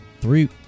Three